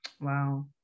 Wow